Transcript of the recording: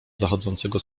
zachodzącego